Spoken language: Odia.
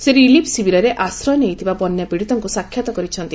ସେ ରିଲିଫ ଶିବିରରେ ଆଶ୍ରୟ ନେଇଥିବା ବନ୍ୟା ପୀଡିତଙ୍କୁ ସାକ୍ଷାତ କରିଛନ୍ତି